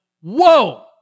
whoa